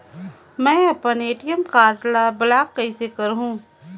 मै अपन ATM card ल ब्लाक कइसे करहूं?